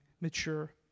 mature